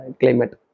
climate